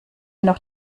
noch